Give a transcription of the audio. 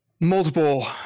multiple